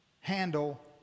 handle